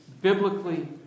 biblically